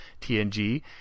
TNG